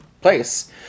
place